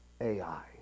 Ai